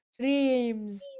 Dreams